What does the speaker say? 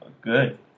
good